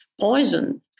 poison